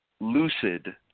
lucid